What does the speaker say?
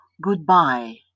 goodbye